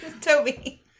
Toby